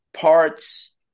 parts